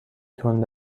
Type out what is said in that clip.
تند